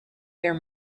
there